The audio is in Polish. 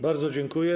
Bardzo dziękuję.